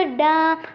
dumb